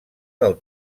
del